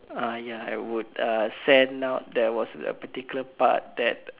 uh ya I would uh send out there was a particular part that uh